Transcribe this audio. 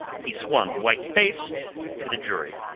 he swung, white-faced, to the jury.